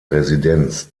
residenz